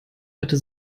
hatte